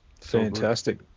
fantastic